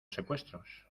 secuestros